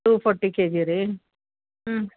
two forty KG ರೀ ಹ್ಞೂ